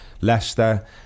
Leicester